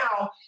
now